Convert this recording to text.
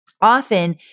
Often